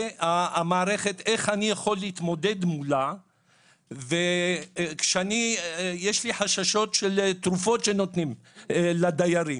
איך אני יכול להתמודד מולה כשיש לי חששות של תרופות שנותנים לדיירים,